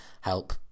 help